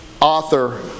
author